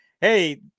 hey